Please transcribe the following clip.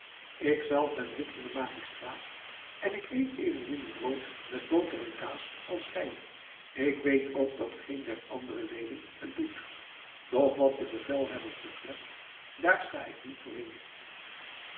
zelf ben lid van den magistraat en ik eet evenmin brood met boter en kaas als gij ik weet ook dat geen der andere leden het doet doch wat de bevelhebbers betreft daar sta ik niet voor in